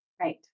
Right